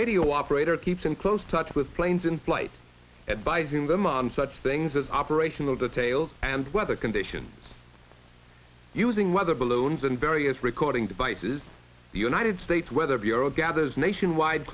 radio operator keeps in close touch with planes in flight and by using them on such things as operational details and weather conditions using weather balloons and various recording devices the united states weather bureau gathers nationwide